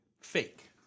fake